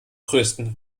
größten